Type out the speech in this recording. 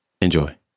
Enjoy